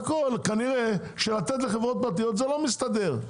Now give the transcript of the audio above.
כנראה שלתת לחברות פרטיות זה לא מסתדר.